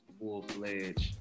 full-fledged